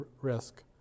risk